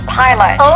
pilot